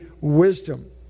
wisdom